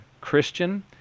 Christian